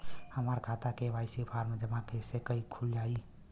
हमार खाता KYC form जमा कइले से खुल जाई?